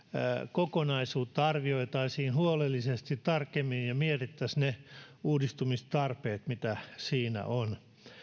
kokonaisuutta arvioitaisiin huolellisesti tarkemmin ja mietittäisiin ne uudistumistarpeet joita siinä on